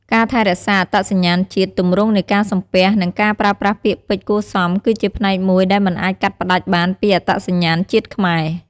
ការថែរក្សាអត្តសញ្ញាណជាតិ ទម្រង់នៃការសំពះ និងការប្រើប្រាស់ពាក្យពេចន៍គួរសមគឺជាផ្នែកមួយដែលមិនអាចកាត់ផ្ដាច់បានពីអត្តសញ្ញាណជាតិខ្មែរ ។